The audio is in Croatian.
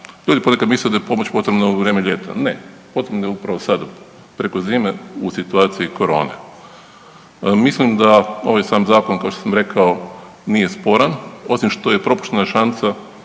Ljudi ponekad misle da je pomoć potrebna u vrijeme ljeta, ne, potrebna je upravo sada preko zime u situaciji korone. Mislim da ovaj sam zakon kao što sam rekao nije sporan, osim što je propuštena šansa